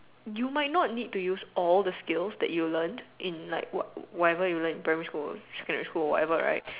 you might not need to use all the skills that you learnt in like what whatever you learnt primary school secondary school whatever right